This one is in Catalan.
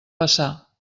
passar